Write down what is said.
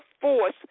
force